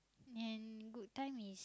and good time is